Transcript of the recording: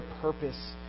purpose